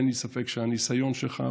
אין לי ספק שהניסיון שלך,